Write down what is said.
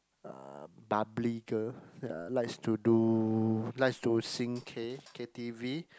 uh bubbly girl ya likes to do likes to sing K K_t_v